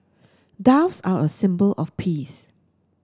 doves are a symbol of peace